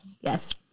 Yes